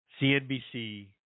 CNBC